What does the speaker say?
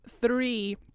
three